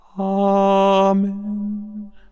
Amen